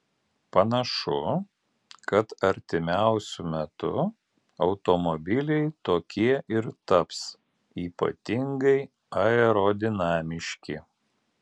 panašu kad artimiausiu metu automobiliai tokie ir taps ypatingai aerodinamiški